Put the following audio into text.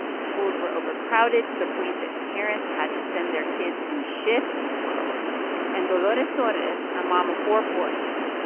schools were overcrowded to the point that parents had to send their kids in shifts wow and dolores torres, a mom of four boys,